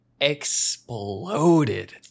exploded